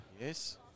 Yes